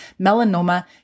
melanoma